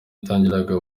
yatangiraga